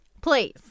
please